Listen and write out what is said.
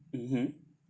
mmhmm